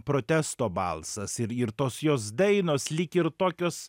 protesto balsas ir ir tos jos dainos lyg ir tokios